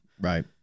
right